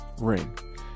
ring